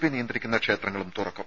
P നിയന്ത്രിക്കുന്ന ക്ഷേത്രങ്ങളും തുറക്കും